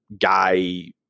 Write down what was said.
guy